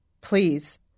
Please